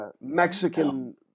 Mexican